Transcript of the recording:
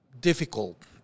difficult